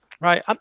Right